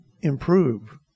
improve